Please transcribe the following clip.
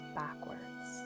backwards